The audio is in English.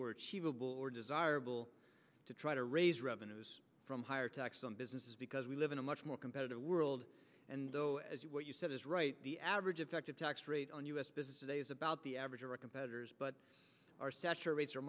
achievable or desirable to try to raise revenues from higher taxes on businesses because we live in a much more competitive world and though as what you said is right the average effective tax rate on u s business today is about the average or a competitor's but our stature rates are